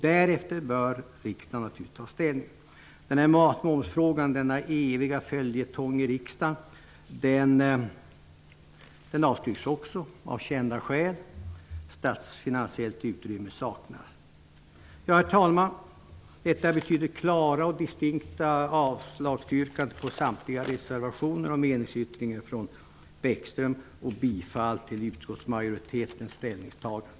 Därefter bör riksdagen naturligtvis ta ställning. Matmomsfrågan, denna eviga följetong i riksdagen, avstyrks också av kända skäl; statsfinansiellt utrymme saknas. Herr talman! Detta betyder klara och distinkta avslagsyrkanden på samtliga reservationer och meningsyttringar från Lars Bäckström och bifall till utskottsmajoritetens ställningstaganden.